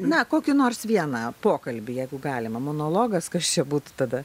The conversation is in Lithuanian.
na kokį nors vieną pokalbį jeigu galima monologas kas čia būtų tada